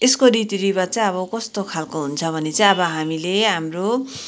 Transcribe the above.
यसको रीतिरिवाज चाहिँ अब कस्तो खालको हुन्छ भने चाहिँ अब हामीले हाम्रो